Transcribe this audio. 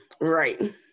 Right